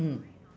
mm